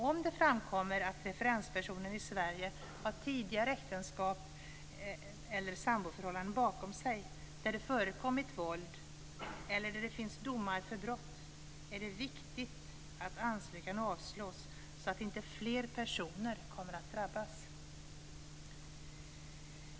Om det framkommer att referenspersonen i Sverige har tidigare äktenskap eller samboförhållanden bakom sig där det förekommit våld eller om det finns domar för brott i samband med det är det viktigt att ansökan avslås så att inte fler personer drabbas.